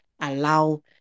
allow